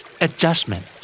Adjustment